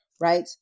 right